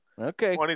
Okay